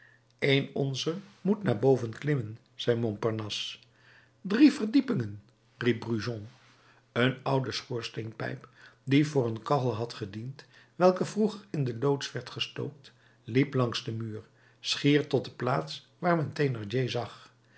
een onzer moet naar boven klimmen zei montparnasse drie verdiepingen riep brujon een oude schoorsteenpijp die voor een kachel had gediend welke vroeger in de loods werd gestookt liep langs den muur schier tot de plaats waar men thénardier zag